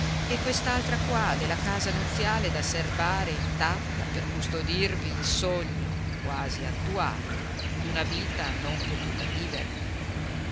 e quest'altra qua della casa nuziale da serbare intatta per custodirvi il sogno quasi attuato d'una vita non potuta vivere